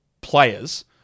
players